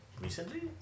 recently